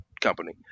company